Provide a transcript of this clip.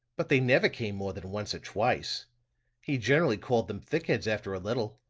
but they never came more than once or twice he generally called them thick-heads after a little,